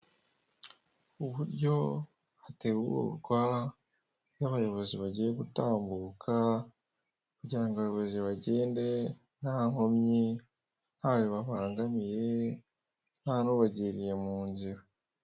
Uburyo hategurwa iyo abayobozi bagiye gutambuka kugira ngo abayobozi bagende nta nkomyi ntawe babangamiye nta n'ubagiriye mu nzira.